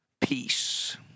peace